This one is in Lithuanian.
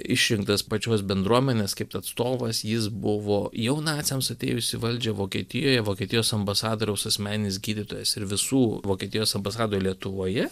išrinktas pačios bendruomenės kaip atstovas jis buvo jau naciams atėjus į valdžią vokietijoje vokietijos ambasadoriaus asmeninis gydytojas ir visų vokietijos ambasadoje lietuvoje